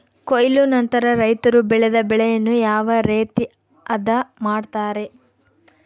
ಕೊಯ್ಲು ನಂತರ ರೈತರು ಬೆಳೆದ ಬೆಳೆಯನ್ನು ಯಾವ ರೇತಿ ಆದ ಮಾಡ್ತಾರೆ?